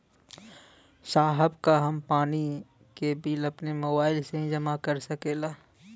साहब का हम पानी के बिल अपने मोबाइल से ही जमा कर सकेला?